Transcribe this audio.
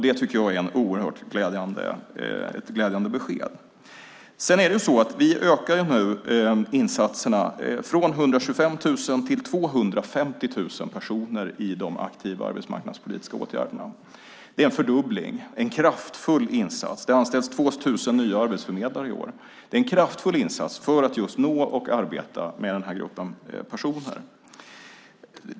Det tycker jag är ett oerhört glädjande besked. Vi ökar nu insatserna från 125 000 till 250 000 personer i de aktiva arbetsmarknadspolitiska åtgärderna. Det är en fördubbling. Det anställs 2 000 nya arbetsförmedlare i år. Det är en kraftfull insats för att just nå och arbeta med den här gruppen personer.